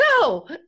No